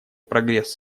прогресс